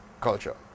culture